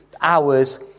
hours